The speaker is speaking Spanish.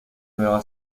nueva